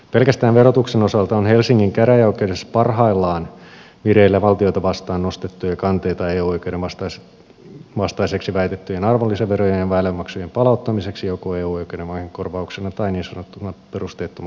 pelkästään verotuksen osalta on helsingin käräjäoikeudessa parhaillaan vireillä valtiota vastaan nostettuja kanteita eu oikeuden vastaiseksi väitettyjen arvonlisäverojen ja väylämaksujen palauttamiseksi joko eu oikeuden vahingonkorvauksena tai niin sanottuna perusteettomana etuna